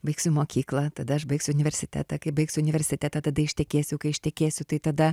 baigsiu mokyklą tada aš baigsiu universitetą kai baigsiu universitetą tada ištekėsiu kai ištekėsiu tai tada